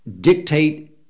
dictate